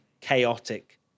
chaotic